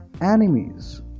enemies